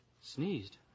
Sneezed